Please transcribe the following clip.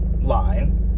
line